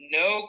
no